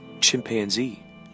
chimpanzee